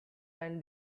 and